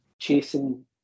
Chasing